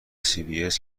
cbs